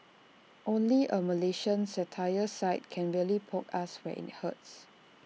only A Malaysian satire site can really poke us where IT hurts